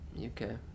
Okay